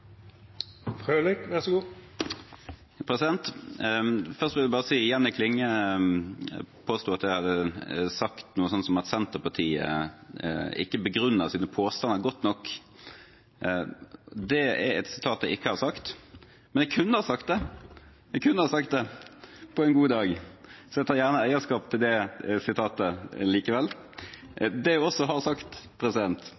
Først: Jenny Klinge påsto at jeg hadde sagt noe sånt som at Senterpartiet ikke begrunner sine påstander godt nok. Det har jeg ikke sagt. Men jeg kunne ha sagt det på en god dag, så jeg tar gjerne eierskap til det sitatet likevel.